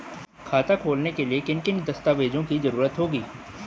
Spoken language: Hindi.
खाता खोलने के लिए किन किन दस्तावेजों की जरूरत होगी?